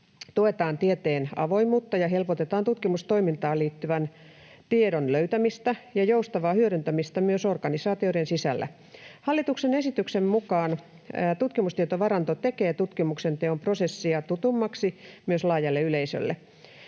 tuetaan tieteen avoimuutta ja helpotetaan tutkimustoimintaan liittyvän tiedon löytämistä ja joustavaa hyödyntämistä myös organisaatioiden sisällä. Hallituksen esityksen mukaan tutkimustietovaranto tekee tutkimuksen teon prosessia tutummaksi myös laajalle yleisölle.